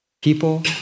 People